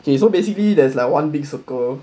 okay so basically there's like one big circle